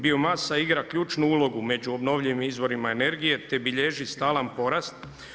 Biomasa igra ključnu ulogu među obnovljivim izvorima energije, te bilježi stalan porast.